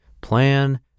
plan